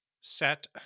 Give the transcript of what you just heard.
set